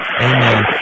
Amen